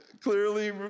clearly